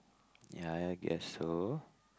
ya I guess so